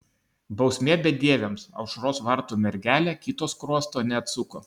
bausmė bedieviams aušros vartų mergelė kito skruosto neatsuko